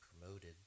promoted